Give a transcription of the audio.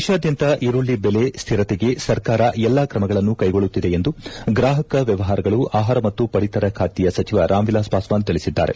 ದೇಶಾದ್ಯಂತ ಈರುಳ್ಳಿ ದೆಲೆ ಸ್ನಿರತೆಗೆ ಸರ್ಕಾರ ಎಲ್ಲಾ ತ್ರಮಗಳನ್ನು ಕೈಗೊಳ್ಳುತ್ತಿದೆ ಎಂದು ಗ್ರಾಹಕ ವ್ಯವಹಾರಗಳು ಆಹಾರ ಮತ್ತು ಪಡಿತರ ಖಾತೆಯ ಸಚಿವ ರಾಮ್ ವಿಲಾಸ್ ಪಾಸ್ನಾನ್ ತಿಳಿಸಿದ್ದಾರೆ